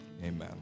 Amen